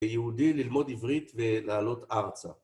ליהודי ללמוד עברית ולעלות ארצה